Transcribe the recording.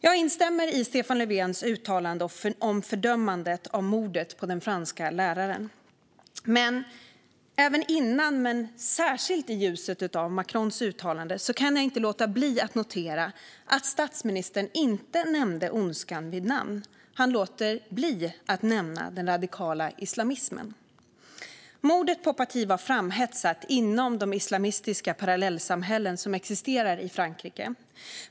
Jag instämmer i Stefan Löfvens uttalande om fördömandet av mordet på den franske läraren, men, särskilt i ljuset av Macrons uttalande, kan jag inte låta bli att notera att statsministern inte nämnde ondskan vid namn. Han lät bli att nämna den radikala islamismen. Mordet på Paty var framhetsat inom de islamistiska parallellsamhällen som existerar i Frankrike.